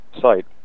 site